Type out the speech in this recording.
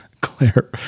Claire